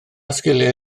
sgiliau